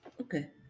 Okay